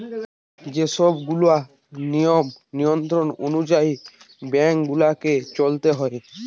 যে সব গুলা নিয়ম নিয়ন্ত্রণ অনুযায়ী বেঙ্ক গুলাকে চলতে হয়